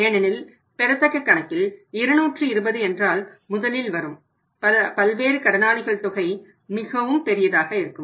ஏனெனில் பெறத்தக்க கணக்கில் 220 என்றால் முதலில் வரும் பல்வேறு கடனாளிகள் தொகை மிகவும் பெரியதாக இருக்கும்